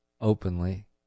openly